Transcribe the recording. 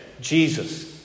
Jesus